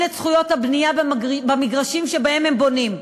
את זכויות הבנייה במגרשים שבהם הם בונים.